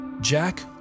Jack